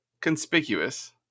conspicuous